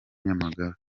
nyamagabe